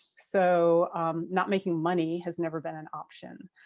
so not making money has never been an option.